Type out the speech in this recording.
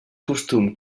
costum